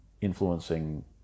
influencing